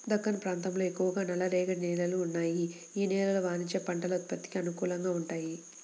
దక్కన్ ప్రాంతంలో ఎక్కువగా నల్లరేగడి నేలలు ఉన్నాయి, యీ నేలలు వాణిజ్య పంటల ఉత్పత్తికి అనుకూలంగా వుంటయ్యి